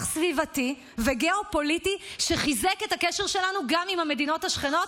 זה מהלך סביבתי וגיאופוליטי שחיזק את הקשר שלנו גם עם המדינות השכנות,